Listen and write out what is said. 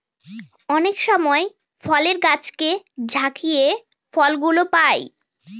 অনেক সময় ফলের গাছকে ঝাকিয়ে ফল গুলো পাই